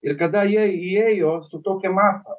ir kada jie įėjo su tokia mase